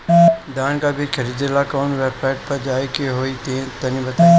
धान का बीज खरीदे ला काउन वेबसाइट पर जाए के होई तनि बताई?